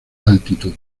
altitud